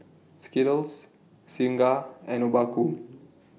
Skittles Singha and Obaku